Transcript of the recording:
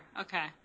Okay